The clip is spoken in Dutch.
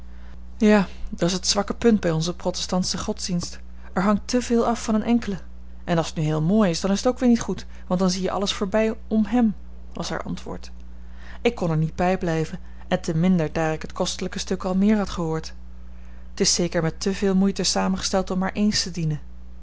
ja dat's het zwakke punt bij onzen protestantschen godsdienst er hangt te veel af van een enkele en als t nu heel mooi is dan is t ook weer niet goed want dan zie je alles voorbij om hem was haar antwoord ik kon er niet bij blijven en te minder daar ik het kostelijk stuk al meer had gehoord t is zeker met te veel moeite samengesteld om maar ééns te dienen